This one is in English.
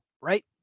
right